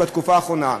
בתקופה האחרונה,